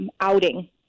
outing